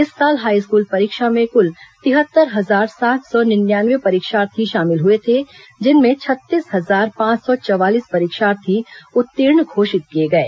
इस साल हाईस्कूल परीक्षा में कुल तिहत्तर हजार सात सौ निन्यानवे परीक्षार्थी शामिल हुए थे जिनमें छत्तीस हजार पांच सौ चवालीस परीक्षार्थी उत्तीर्ण घोषित किए गए